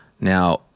Now